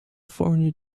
foreigner